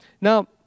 Now